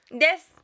Yes